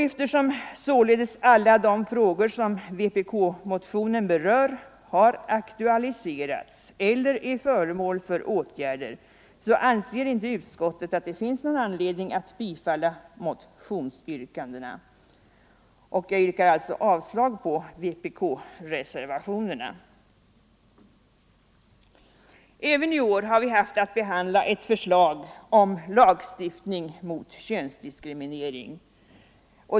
Eftersom således alla de frågor som vpk-motionen berör har aktualiserats eller är föremål för åtgärder, anser inte utskottet att det finns anledning att bifalla motionsyrkandena. Jag yrkar alltså avslag på vpk-reservationerna. Även i år har vi haft att behandla ett förslag om lagstiftning mot könsdiskriminering.